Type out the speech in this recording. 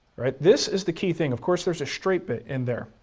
right? this is the key thing. of course there's a straight bit in there,